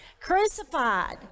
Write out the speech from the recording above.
crucified